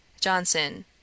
Johnson